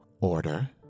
Order